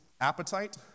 appetite